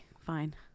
fine